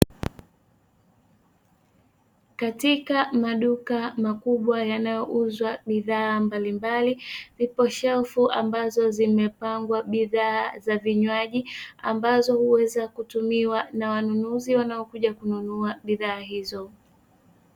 Katika maduka makubwa mbalimbali yanayouza bidhaa mbalimbali, zipo shelfu ambazo zimepangwa bidhaa za vinywaji ambazo huweza kutumiwa na wanunuzi wanaokuja kununua bidhaa hizo.